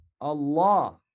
Allah